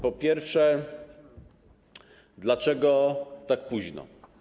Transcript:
Po pierwsze, dlaczego tak późno?